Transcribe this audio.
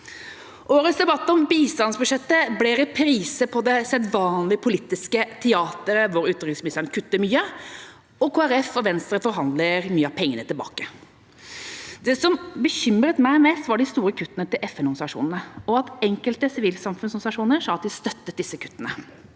Årets debatt om bistandsbudsjettet blir reprise på det sedvanlige politiske teateret hvor utenriksministeren kutter mye, og Kristelig Folkeparti og Venstre forhandler mye av pengene tilbake. Det som bekymret meg mest, var de store kuttene til FN-organisasjonene og at enkelte sivilsamfunnsorganisasjoner sa at de støttet disse kuttene.